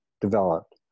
developed